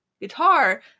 guitar